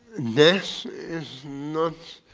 this is not.